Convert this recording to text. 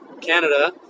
Canada